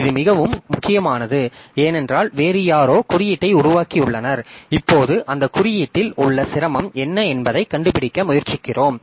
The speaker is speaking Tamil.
இது மிகவும் முக்கியமானது ஏனென்றால் வேறு யாரோ குறியீட்டை உருவாக்கியுள்ளனர் இப்போது அந்த குறியீட்டில் உள்ள சிரமம் என்ன என்பதைக் கண்டுபிடிக்க முயற்சிக்கிறோம்